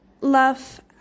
love